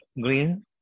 green